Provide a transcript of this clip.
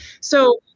So-